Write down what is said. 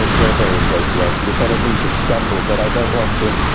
there are various ways to answer this. i don't mean to stumble, but i don't want to